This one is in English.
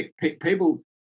people